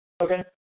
Okay